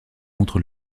contre